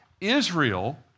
Israel